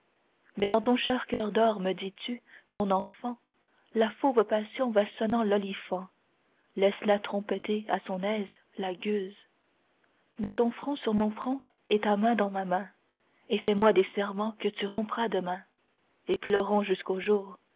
mais dans ton cher coeur d'or me dis-tu mon enfant la fauve passion va sonnant l'oliphant laisse-la trompetter à son aise la gueuse mets ton front sur mon front et ta main dans ma main et fais-moi des serments que tu rompras demain et pleurons jusqu'au jour